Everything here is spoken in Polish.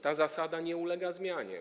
Ta zasada nie ulega zmianie.